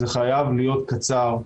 זה חייב להיות קצר.